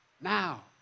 now